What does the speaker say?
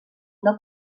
una